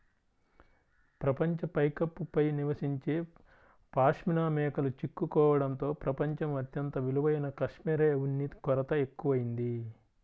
ప్రపంచ పైకప్పు పై నివసించే పాష్మినా మేకలు చిక్కుకోవడంతో ప్రపంచం అత్యంత విలువైన కష్మెరె ఉన్ని కొరత ఎక్కువయింది